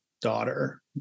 daughter